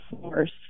force